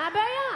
מה הבעיה?